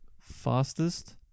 fastest